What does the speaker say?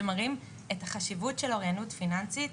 שמראים את החשיבות של אוריינות פיננסית,